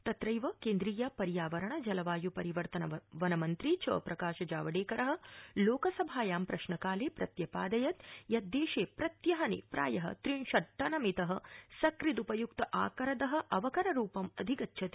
तत्रैव केन्द्रीय पर्यावरण जलवायू परिवर्तन वनमन्त्री च प्रकाश जावडेकर लोकसभायां प्रश्नकाले प्रत्यपादयत् देशे प्रत्यहनि प्राय त्रिशत्टनमित सकृद्पयक्त आकरद अवकररूपम् अधिगच्छति